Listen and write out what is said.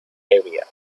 area